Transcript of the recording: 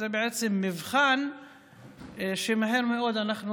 זה בעצם מבחן שבו מהר מאוד אנחנו